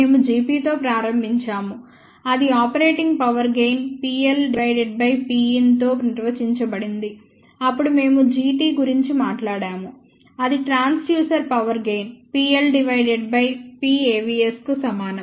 మేము Gp తో ప్రారంభించాము అది operating power gain Pl Pin తో నిర్వచించబడింది అప్పుడు మేము Gt గురించి మాట్లాడాము అది transducer power gain Pl Pavs కు సమానం